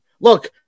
Look